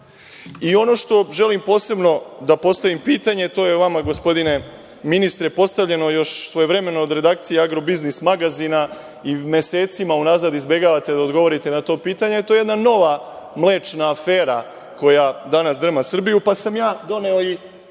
što želim posebno da postavim pitanje, to je vama gospodine ministre postavljeno još svojevremeno od redakcije „Agrobiznis“ magazina i mesecima unazad izbegavate da odgovorite na to pitanje, a to je jedna nova mlečna afera koja danas drma Srbiju, pa sam ja doneo i